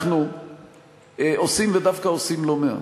אנחנו עושים, ודווקא עושים לא מעט.